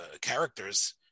characters